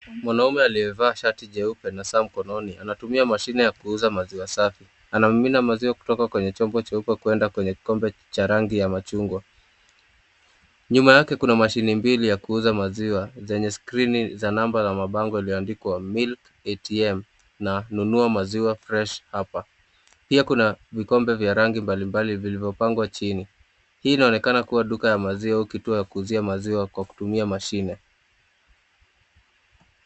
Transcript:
Mwanaume aliyevaa shati jeupe na saa mkononi anatumia mashini ya kuuza maziwa safi ,anamimina maziwa kutoka kwenye chombo cheupe kwenda kwenye kikombe cha rangi ya machungwa , nyuma yake kuna mashini mbili ya kuuza maziwa zenye skrini za namba na mabango yaliyoandikwa (cs)Milk ATM (cs) na nunua maziwa(cs) fresh(cs) hapa, pia kuna vikombe vya rangi mbali mbali vilivyopangwa chini ,hii inaonekana kuwa duka ya maziwa au kitu ya kuuzia maziwa kwa kutumia mashini.